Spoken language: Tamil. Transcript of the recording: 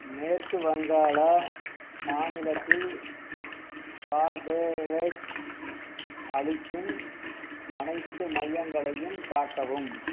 மேற்கு வங்காள மாநிலத்தில் கார்பவேக்ஸ் அளிக்கும் அனைத்து மையங்களையும் காட்டவும்